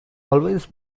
always